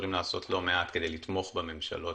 יכולים לעשות לא מעט כדי לתמוך בממשלות,